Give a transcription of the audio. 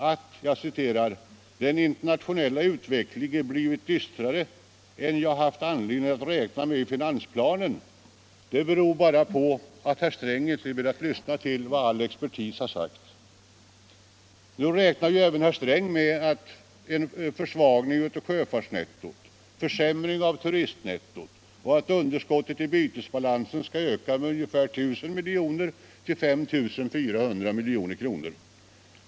Att, som herr Sträng säger, den internationella utvecklingen blivit dystrare än han haft anledning att räkna med i finansplanen beror bara på att herr Sträng inte velat lyssna på vad all expertis sagt. Nu räknar även herr Sträng med försvagning av sjöfartsnettot och försämring av turistnettot och förutser att underskottet i bytesbalansen skall öka med ungefär 1 000 milj.kr. till 5 400 milj.kr.